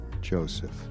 Joseph